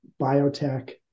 biotech